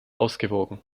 ausgewogen